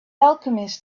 alchemist